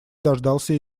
дождался